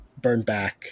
Burnback